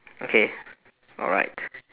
okay alright